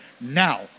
now